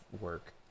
work